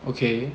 okay